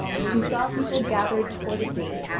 she saw people gathered before the gate,